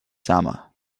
summer